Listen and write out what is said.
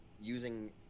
using